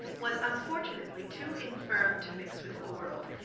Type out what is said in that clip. was unfortunately too infirm to mix with the world,